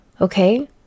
okay